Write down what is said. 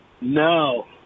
No